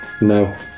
No